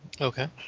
Okay